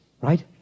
Right